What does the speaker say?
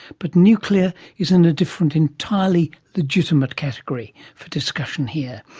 but nuclear is in a different, entirely legitimate category for discussion here,